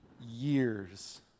years